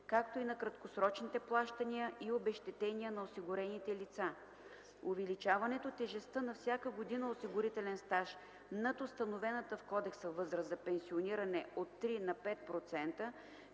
както и на краткосрочните плащания и обезщетения на осигурените лица; - увеличаването тежестта на всяка година осигурителен стаж над установената в кодекса възраст за пенсиониране от 3 на 5%